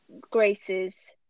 graces